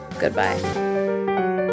Goodbye